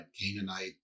Canaanite